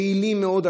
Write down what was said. פעילים מאוד,